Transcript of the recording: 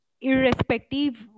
irrespective